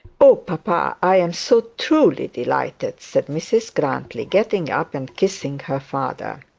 oh, papa, i am so truly delighted said mrs grantly, getting up and kissing her father.